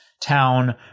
town